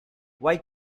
why